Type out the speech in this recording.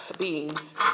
beings